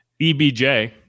EBJ